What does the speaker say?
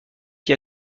qui